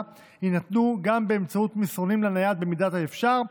יינתנו גם באמצעות מסרונים לנייד במידת האפשר,